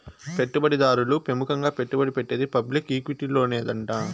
పెట్టుబడి దారులు పెముకంగా పెట్టుబడి పెట్టేది పబ్లిక్ ఈక్విటీలోనేనంట